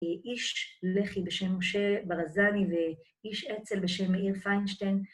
איש לחי בשם משה ברזני ואיש אצל בשם מאיר פיינשטיין.